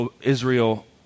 Israel